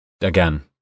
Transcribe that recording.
again